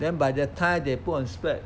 then by the time they put on specs